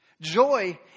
Joy